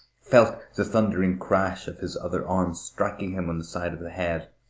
felt the thundering crash of his other arm, striking him on the side of the head.